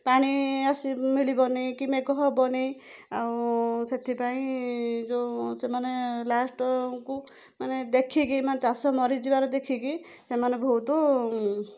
ପାଣି ଆସି ମିଳିବନି କି ମେଘ ହେବନି ଆଉ ସେଥିପାଇଁ ଯେଉଁ ସେମାନେ ଲାଷ୍ଟକୁ ମାନେ ଦେଖିକି ମାନେ ଚାଷ ମରିଯିବାର ଦେଖିକି ସେମାନେ ବହୁତ